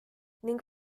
ning